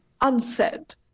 unsaid